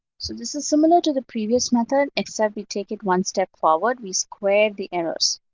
so this is similar to the previous method except we take it one step forward. we square the errors.